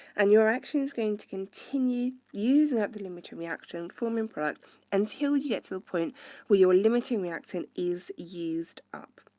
and your action is going to continue using that limiting reaction forming product until you get to the point where your limiting reactant is used up.